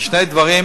זה שני דברים.